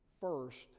first